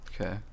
Okay